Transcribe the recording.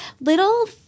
little